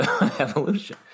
evolution